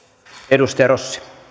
arvoisa herra